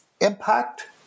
impact